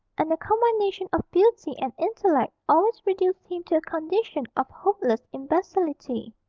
and a combination of beauty and intellect always reduced him to a condition of hopeless imbecility.